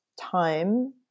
time